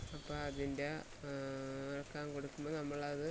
അപ്പം അതിൻ്റെ അറക്കാൻ കൊടുക്കുമ്പോൾ നമ്മളത്